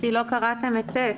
קראתם את (ט).